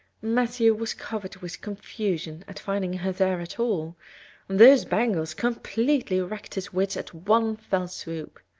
matthew was covered with confusion at finding her there at all and those bangles completely wrecked his wits at one fell swoop.